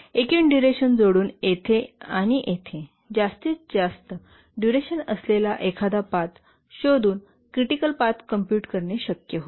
एकूण डुरेशन जोडून येथे आणि येथे जास्तीत जास्त डुरेशन असलेला एखादा पाथ शोधून क्रिटिकल पाथ कॉम्पूट करणे शक्य होईल